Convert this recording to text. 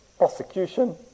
prosecution